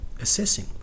assessing